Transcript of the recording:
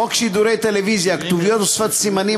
חוק שידורי טלוויזיה (כתוביות ושפת סימנים),